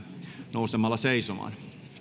nousemalla seisomaan